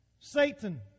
Satan